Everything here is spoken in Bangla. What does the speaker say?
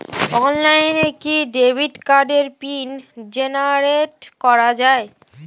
অনলাইনে কি ডেবিট কার্ডের পিন জেনারেট করা যায়?